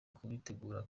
kubitegura